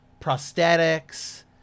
prosthetics